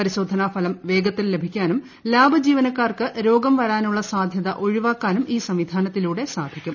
പരിശോധനാ ഫലം വേഗത്തിൽ ലഭിക്കാനും ലാബ് ജീവനക്കാർക്ക് രോഗം വരാനുള്ള സാധൃത ഒഴിവാക്കാനും ഈ സംവിധാനത്തിലൂടെ സാധിക്കും